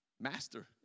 master